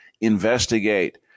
Investigate